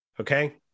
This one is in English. okay